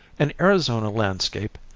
an arizona landscape,